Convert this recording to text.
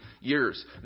years